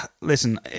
listen